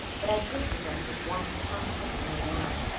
but i did resent his want of confidence in me now.